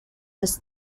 this